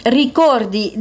ricordi